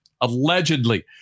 allegedly